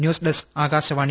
news desk Akashvani